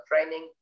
training